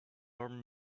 armed